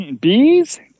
Bees